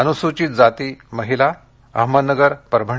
अनुसूचित जाती महिला अहमदनगर परभणी